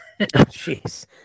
Jeez